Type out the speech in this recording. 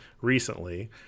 recently